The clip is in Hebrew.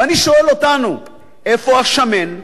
ואני שואל אותנו: איפה השמן?